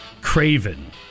Craven